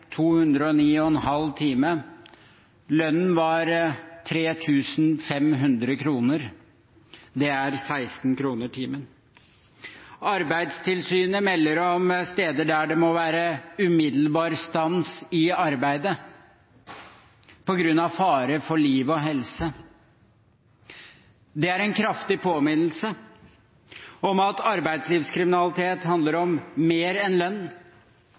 209,5 timer. Lønnen var 3 500 kr. Det er 16 kr per time. Arbeidstilsynet melder om steder der det må være umiddelbar stans i arbeidet på grunn av fare for liv og helse. Det er en kraftig påminnelse om at arbeidslivskriminalitet handler om mer enn lønn.